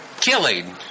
Killing